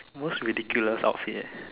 most ridiculous outfit eh